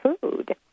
food